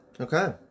Okay